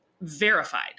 verified